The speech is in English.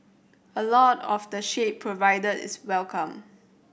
a lot of the shade provided is welcome